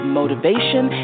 motivation